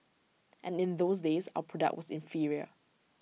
and in those days our product was inferior